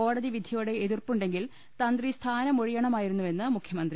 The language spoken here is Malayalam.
കോടതി വിധിയോട് എതിർപ്പുണ്ടെങ്കിൽ തന്ത്രി സ്ഥാനം ഒഴിയ ണമായിരുന്നുവെന്ന് മുഖ്യമന്ത്രി